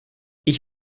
ich